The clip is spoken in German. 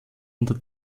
unter